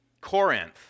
Corinth